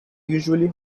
usually